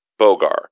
Bogar